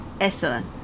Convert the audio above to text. excellent